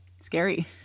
scary